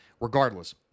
Regardless